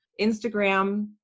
instagram